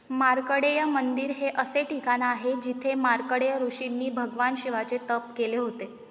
मार्कंडेय मंदिर हे असे ठिकाण आहे जिथे मार्कंडेय ऋषींनी भगवान शिवाचे तप केले होते